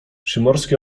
przymorski